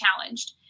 challenged